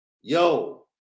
Yo